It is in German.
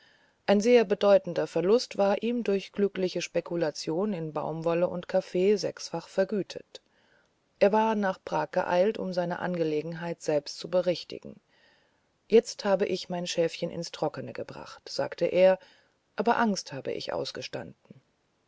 ein sehr bedeutender verlust war ihm durch glückliche spekulation in baumwolle und kaffee sechsfach vergütet er war nach prag geeilt um seine angelegenheit selbst zu berichtigen jetzt habe ich mein schäfchen ins trockne gebracht sagte er aber angst habe ich ausgestanden